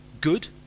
good